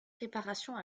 réparation